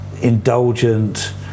indulgent